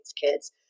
kids